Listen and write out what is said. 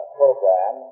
program